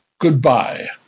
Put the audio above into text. Goodbye